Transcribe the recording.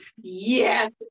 yes